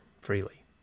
freely